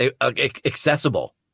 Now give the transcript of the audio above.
accessible